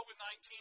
COVID-19